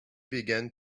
began